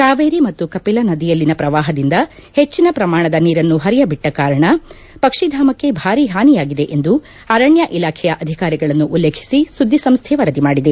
ಕಾವೇರಿ ಮತ್ತು ಕಪಿಲ ನದಿಯಲ್ಲಿನ ಪ್ರವಾಹದಿಂದ ಹೆಚ್ಚಿನ ಪ್ರಮಾಣದ ನೀರನ್ನು ಹರಿಯಬಿಟ್ಟ ಕಾರಣ ಪಕ್ಷಿಧಾಮಕ್ಕೆ ಭಾರಿ ಹಾನಿಯಾಗಿದೆ ಎಂದು ಅರಣ್ಯ ಇಲಾಖೆಯ ಅಧಿಕಾರಿಗಳನ್ನು ಉಲ್ಲೇಖಿಸಿ ಸುದ್ದಿ ಸಂಸ್ಥೆ ವರದಿ ಮಾಡಿದೆ